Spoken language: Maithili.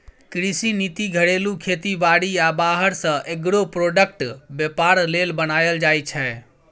कृषि नीति घरेलू खेती बारी आ बाहर सँ एग्रो प्रोडक्टक बेपार लेल बनाएल जाइ छै